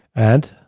and?